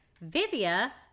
Vivia